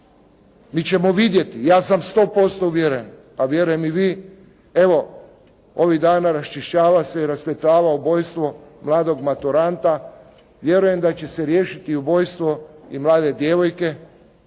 mi ćemo vidjeti. Ja sam 100 posto uvjeren, a vjerujem i vi evo ovih dana raščišćava se i rasvjetljava ubojstvo mladog maturanta. Vjerujem da će se riješiti ubojstvo i mlade djevojke.